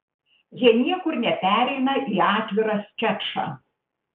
jie niekur nepereina į atvirą skečą